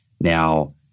Now